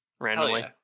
randomly